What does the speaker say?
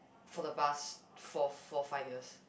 for the past four four five years